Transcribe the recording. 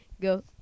go